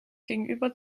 gegenüber